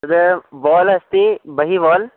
तद् वाल् अस्ति बहिः वाल्